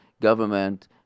government